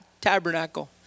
tabernacle